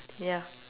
ya